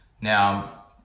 Now